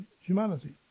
humanity